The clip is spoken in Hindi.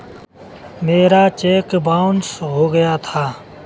मेरा चेक बाउन्स हो गया था